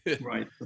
Right